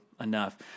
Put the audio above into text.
Enough